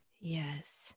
Yes